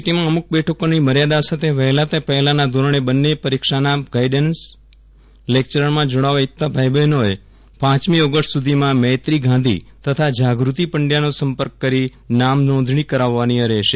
યુનિમાં અમુક બેઠકોની મર્યાદા સાથે વહેલા તે પહેલાના ધોરણે બન્ને પરીક્ષાના ગાઇડેન્સ લેકચરમાં જોડાવવા ઇચ્છતા ભાઇ બહેનોએ પ ઓગષ્ટ સુધીમાં મૈત્રી ગાંધી તથા જાગૃતિ પંડયાનો સંપર્ક કરી નામ નોંધણી કરાવવાની રહેશે